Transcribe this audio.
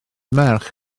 merch